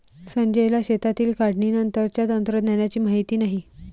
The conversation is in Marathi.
संजयला शेतातील काढणीनंतरच्या तंत्रज्ञानाची माहिती नाही